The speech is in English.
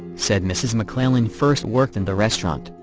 said mrs. mcclellan first worked in the restaurant,